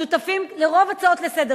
והם שותפים לרוב ההצעות שלי לסדר-היום,